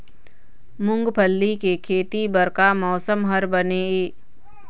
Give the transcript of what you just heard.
मूंगफली के खेती बर का मौसम हर बने ये?